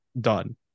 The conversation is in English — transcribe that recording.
done